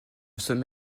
sommet